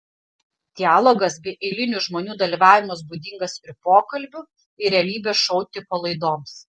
dialogas bei eilinių žmonių dalyvavimas būdingas ir pokalbių ir realybės šou tipo laidoms